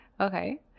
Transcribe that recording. Okay